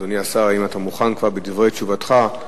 אדוני השר, האם אתה מוכן כבר בדברי תשובתך?